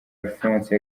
alphonse